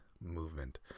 movement